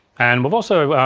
and we've also